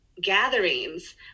gatherings